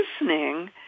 listening